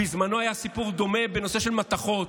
בזמנו, היה סיפור דומה בנושא מתכות.